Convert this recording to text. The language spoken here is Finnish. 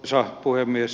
arvoisa puhemies